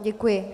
Děkuji.